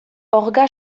orga